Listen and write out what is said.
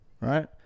right